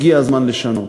הגיע הזמן לשנות.